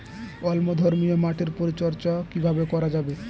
অম্লধর্মীয় মাটির পরিচর্যা কিভাবে করা যাবে?